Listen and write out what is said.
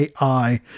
AI